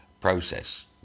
process